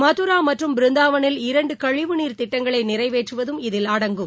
மதராமற்றும் பிருந்தாவனில் இரண்டுகழிவுநீர் திட்டங்களைநிறைவேற்றுவதும் இதில் அடங்கும்